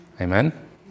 Amen